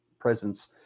presence